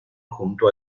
junto